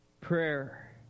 Prayer